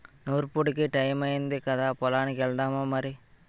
నూర్పుడికి టయమయ్యింది కదా పొలానికి ఎల్దామా మరి